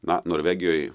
na norvegijoj